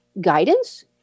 guidance